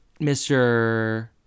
mr